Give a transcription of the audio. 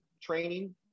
training